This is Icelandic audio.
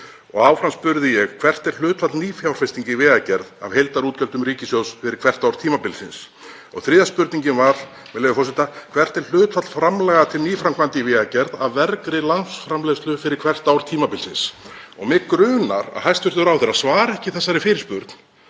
Áfram spurði ég: Hvert er hlutfall nýfjárfestinga í vegagerð af heildarútgjöldum ríkissjóðs fyrir hvert ár tímabilsins? Þriðja spurningin var: Hvert er hlutfall framlaga til nýframkvæmda í vegagerð af vergri landsframleiðslu fyrir hvert ár tímabilsins? Mig grunar að hæstv. ráðherra svari ekki þessari fyrirspurn